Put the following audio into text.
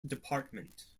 department